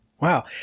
Wow